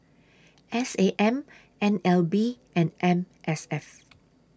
S A M N L B and M S F